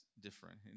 different